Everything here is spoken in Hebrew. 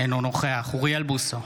אינו נוכח אוריאל בוסו,